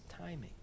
timing